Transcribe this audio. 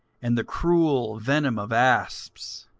and the cruel venom of asps.